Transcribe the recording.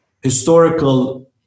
historical